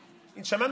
שר.